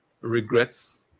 regrets